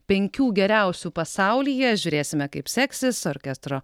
penkių geriausių pasaulyje žiūrėsime kaip seksis orkestro